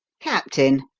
captain,